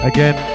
Again